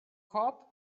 cop